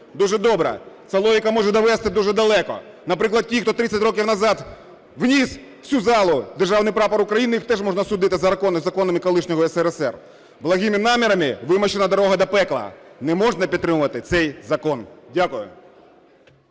Дуже добре. Ця логіка може довести дуже далеко. Наприклад, ті, хто 30 років назад вніс в цю залу Державний Прапор України їх теж можна судити за законами колишнього СРСР. "Благими намірами вимощена дорога до пекла". Не можна підтримувати цей закон. Дякую.